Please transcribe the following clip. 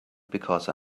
because